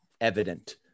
evident